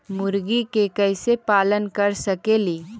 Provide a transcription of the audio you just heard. मुर्गि के कैसे पालन कर सकेली?